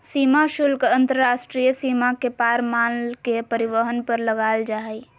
सीमा शुल्क अंतर्राष्ट्रीय सीमा के पार माल के परिवहन पर लगाल जा हइ